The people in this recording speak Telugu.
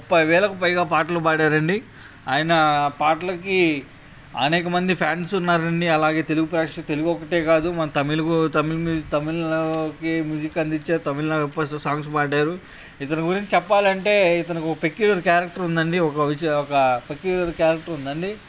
ముప్పై వేలకు పైగా పాటలు పాడారండి ఆయన పాటలకి అనేక మంది ఫ్యాన్స్ ఉన్నారండి అలాగే తెలుగు ప్రేక్ష తెలుగు ఒక్కటే కాదు మన తమిళ్కు తమిళ్ తమిళ్కి మ్యూజిక్ అందించారు తమిళనాడులో సాంగ్స్ పాడారు ఇతను గురించి చెప్పాలంటే ఇతనుకు పెక్యులర్ క్యారెక్టర్ ఉందండి ఒక పెక్యులర్ క్యారెక్టర్ ఉందండి